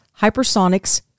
Hypersonics